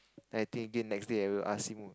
then I think again next day I will ask him